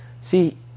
See